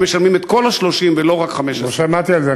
הם משלמים את כל ה-30 ולא רק 15. לא שמעתי על זה.